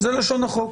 זה לשון החוק.